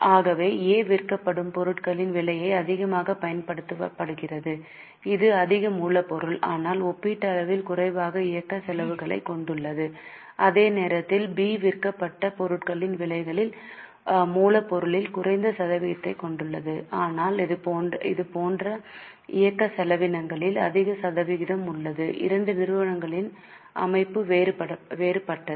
ஆகவே A விற்கப்படும் பொருட்களின் விலையை அதிகமாகப் பயன்படுத்துகிறது இது அதிக மூலப்பொருள் ஆனால் ஒப்பீட்டளவில் குறைவான இயக்கச் செலவுகளைக் கொண்டுள்ளது அதே நேரத்தில் B விற்கப்பட்ட பொருட்களின் விலையில் மூலப்பொருளில் குறைந்த சதவீதத்தைக் கொண்டுள்ளது ஆனால் அது போன்ற இயக்க செலவினங்களில் அதிக சதவீதம் உள்ளது இரண்டு நிறுவனங்களின் அமைப்பு வேறுபட்டது